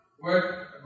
work